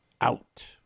out